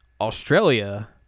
Australia